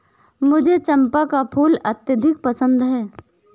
मुझे चंपा का फूल अत्यधिक पसंद है